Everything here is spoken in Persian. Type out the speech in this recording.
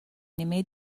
نیمه